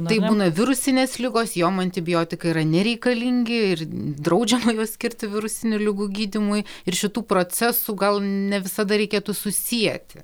taip būna virusinės ligos jom antibiotikai yra nereikalingi ir draudžiama juos skirti virusinių ligų gydymui ir šitų procesų gal ne visada reikėtų susieti